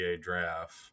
draft